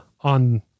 on